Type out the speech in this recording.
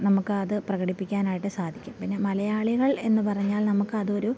നമുക്കത് പ്രകടിപ്പിക്കാനായിട്ട് സാധിക്കും പിന്നെ മലയാളികൾ എന്നു പറഞ്ഞാൽ നമുക്കതൊരു